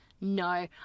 No